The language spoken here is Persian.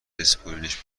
بسپرینش